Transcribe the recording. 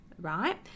right